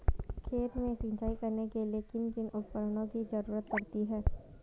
खेत में सिंचाई करने के लिए किन किन उपकरणों की जरूरत पड़ती है?